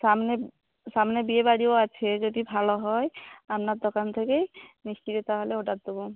সামনে সামনে বিয়েবাড়িও আছে যদি ভালো হয় আপনার দোকান থেকেই মিষ্টিটা তাহলে অর্ডার দেবো